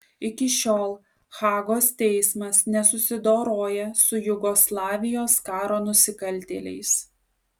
iki šiol hagos teismas nesusidoroja su jugoslavijos karo nusikaltėliais